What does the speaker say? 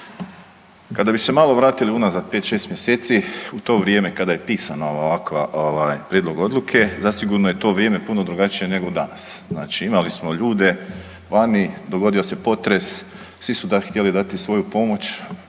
Kada bi se malo vratili unazad pet, šest mjeseci u to vrijeme kada je pisan ovakav prijedlog odluke zasigurno je to vrijeme puno drugačije nego danas. Znači imali smo ljude vani, dogodio se potres svi su tada htjeli dati svoju pomoć